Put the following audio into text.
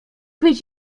być